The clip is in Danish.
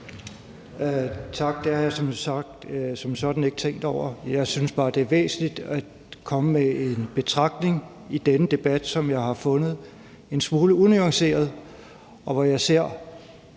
Tak. Det har jeg som sådan ikke tænkt over. Jeg synes bare, det er væsentligt at komme med en betragtning i denne debat, som jeg har fundet en smule unuanceret, og hvor jeg ser,